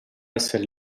essere